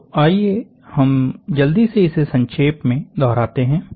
तो आइए हम जल्दी से इसे संक्षेप में दोहराते है